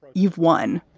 but you've won.